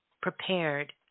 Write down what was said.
prepared